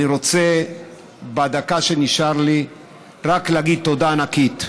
אני רוצה בדקה שנשארה לי רק להגיד תודה ענקית,